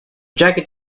jacket